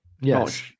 Yes